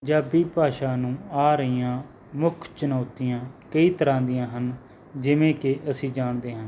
ਪੰਜਾਬੀ ਭਾਸ਼ਾ ਨੂੰ ਆ ਰਹੀਆਂ ਮੁੱਖ ਚੁਣੌਤੀਆਂ ਕਈ ਤਰ੍ਹਾਂ ਦੀਆਂ ਹਨ ਜਿਵੇਂ ਕਿ ਅਸੀਂ ਜਾਣਦੇ ਹਾਂ